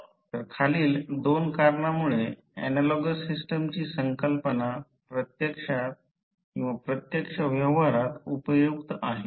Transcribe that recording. तर खालील दोन कारणांमुळे ऍनालॉगस सिस्टमची संकल्पना प्रत्यक्ष व्यवहारात उपयुक्त आहे